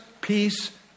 peace